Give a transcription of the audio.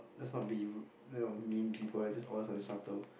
let's not be ru~ mean people let's just order something subtle